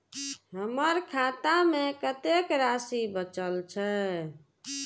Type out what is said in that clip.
हमर खाता में कतेक राशि बचल छे?